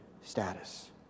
status